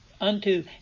unto